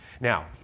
Now